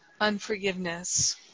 unforgiveness